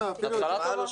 התחלה טובה.